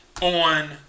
on